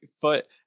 foot